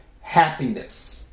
happiness